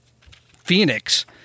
Phoenix